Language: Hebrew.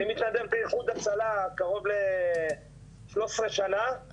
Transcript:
אני מתנדב באיחוד הצלה קרוב ל-13 שנה,